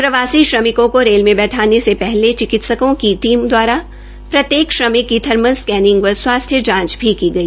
प्रवासी श्रमिकों क रेल में बैठाने से पहले चिकित्सकों की टीमों दवारा प्रत्येक श्रमिक की थर्मल स्कैनिंग व स्वास्थ्य जांच भी की गई